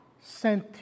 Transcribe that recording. sent